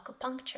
acupuncture